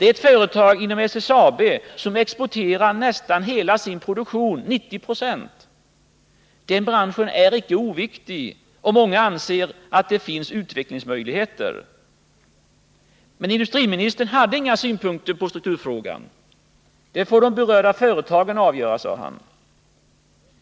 Det är ett företag inom SSAB som exporterar nästan hela sin produktion - 90 20. Den branschen är inte oviktig, och många anser att det där finns utvecklingsmöjligheter. Men industriministern hade inga synpunkter på strukturfrågan. Det får de berörda företagen avgöra, sade han.